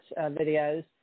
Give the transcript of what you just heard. videos